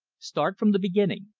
start from the beginning.